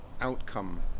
outcome